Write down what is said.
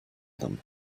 them